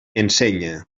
ensenya